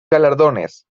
galardones